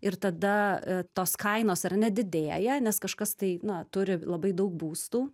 ir tada tos kainos ar ne didėja nes kažkas tai na turi labai daug būstų